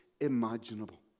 imaginable